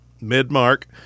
Mid-Mark